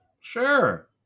sure